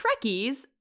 trekkies